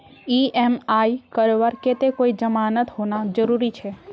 EMI करवार केते कोई जमानत होना जरूरी छे?